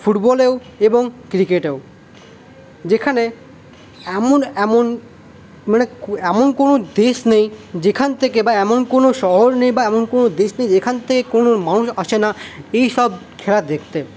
ফুটবলেও এবং ক্রিকেটেও যেখানে এমন এমন মানে এমন কোনো দেশ নেই যেখান থেকে এমন কোনো শহর নেই বা এমন কোনো দেশ নেই যেখান থেকে কোনো মানুষ আসে না এই সব খেলা দেখতে